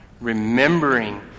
Remembering